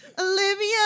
olivia